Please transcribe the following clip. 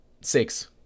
Six